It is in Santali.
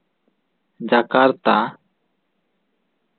ᱡᱟᱠᱟᱨᱛᱟ